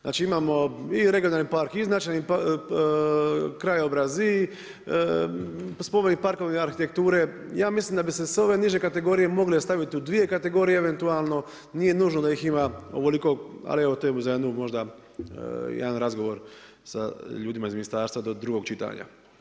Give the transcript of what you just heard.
Znači imamo i regionalni park i značajni krajobraz i spomeni parkovi arhitekture, ja mislim da bi se s ove niže kategorije mogle staviti u dvije kategorije eventualno, nije nužno da ih ima ovoliko, ali to je možda za jedan razgovor sa ljudima iz Ministarstva do drugog čitanja.